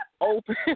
open